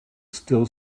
still